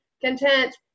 content